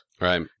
Right